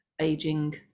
aging